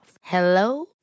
Hello